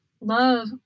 love